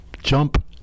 jump